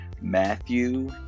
Matthew